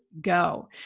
go